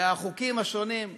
והחוקים השונים,